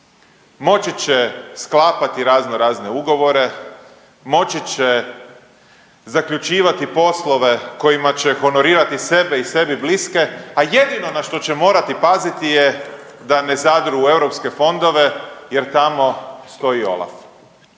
moći će sklapati razno razne ugovore, moći će zaključivati poslove kojima će honorirati sebe i sebi bliske, a jedino na što će morati paziti je da ne zadru u europske fondove jer tamo stoji OLAF.